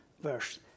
verse